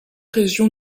régions